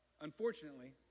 Unfortunately